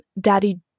daddy